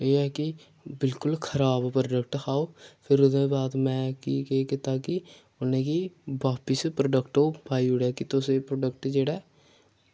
एह् की बिल्कुल खराब प्रोडक्ट हा ओह् फिर ओह्दे बाद में केह् कीता की उनेंगी बापस प्रोडक्ट ओह् पाई ओड़ेआ कि तुस ओह् प्रोडक्ट जेह्ड़ा